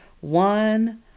one